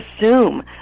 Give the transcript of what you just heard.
assume